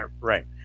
right